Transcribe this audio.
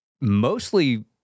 mostly